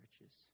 riches